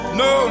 no